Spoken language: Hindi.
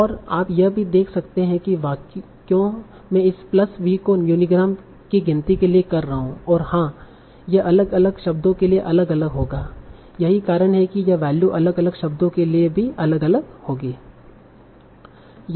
और आप यह भी देख सकते हैं कि क्यों मैं इस प्लस v को यूनीग्राम की गिनती के लिए कर रहा हूं और हां यह अलग अलग शब्दों के लिए अलग अलग होगा यही कारण है कि यह वैल्यू अलग अलग शब्दों के लिए भी अलग होगी